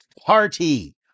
Party